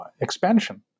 expansion